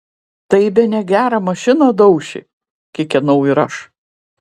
tai bene gerą mašiną dauši kikenau ir aš